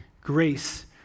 Grace